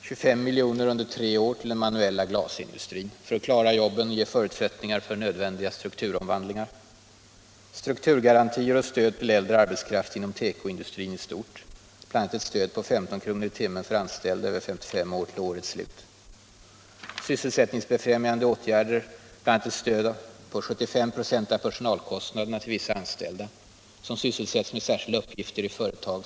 25 milj.kr. under tre år till den manuella glasindustrin för att klara jobben och skapa förutsättningar för nödvändiga strukturomvandlingar.